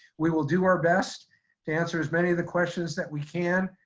we will do our best to answer as many of the questions that we can.